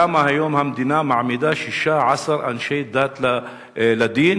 למה היום המדינה מעמידה 16 אנשי דת לדין